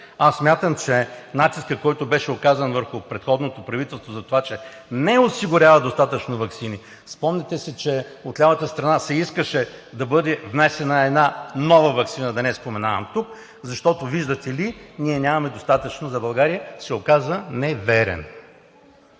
Смятам, че натискът, който беше оказан върху предходното правителство за това, че не е осигурявало достатъчно ваксини, спомняте си, че от лявата страна се искаше да бъде внесена една нова ваксина, да не я споменавам тук, защото, виждате ли, ние нямаме достатъчно за България, се оказа неверен.